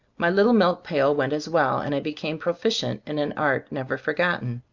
my little milk pail went as well, and i became proficient in an art never for gotten.